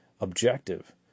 objective